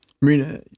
Marina